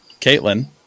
Caitlin